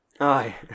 Aye